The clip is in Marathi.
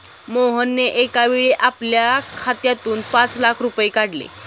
मोहनने एकावेळी आपल्या खात्यातून पाच लाख रुपये काढले